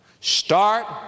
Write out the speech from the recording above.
Start